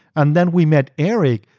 and then we met eric,